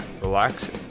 relax